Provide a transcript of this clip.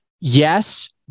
Yes